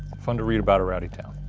fun to read about a rowdy town.